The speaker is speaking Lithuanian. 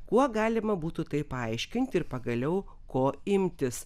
kuo galima būtų tai paaiškinti ir pagaliau ko imtis